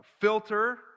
Filter